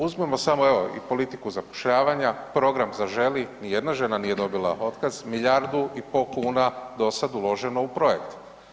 Uzmimo samo evo i politiku zapošljavanja, program „Zaželi“, nijedna žena nije dobila otkaz, milijardu i po kuna do sad uloženo u projekt.